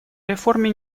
реформе